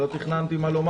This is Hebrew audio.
לא תכננתי מה לומר.